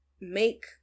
make